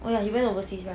oh ya he went overseas [right]